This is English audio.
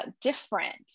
different